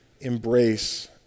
embrace